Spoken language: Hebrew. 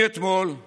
מאתמול הוא